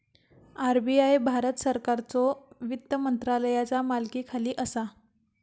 RBI Bharat सरकारच्यो वित्त मंत्रालयाचा मालकीखाली असा